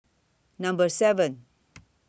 Number seven